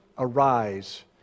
Arise